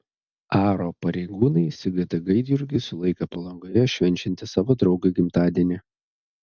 aro pareigūnai sigitą gaidjurgį sulaikė palangoje švenčiantį savo draugo gimtadienį